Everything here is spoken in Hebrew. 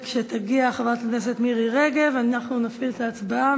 כשתגיע חברת הכנסת מירי רגב אנחנו נפעיל את ההצבעה.